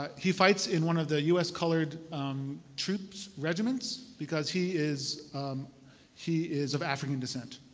he fights in one of the us colored troop regimens, because he is he is of african descent.